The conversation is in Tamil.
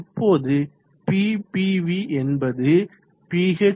இப்போது Ppv என்பது Ph0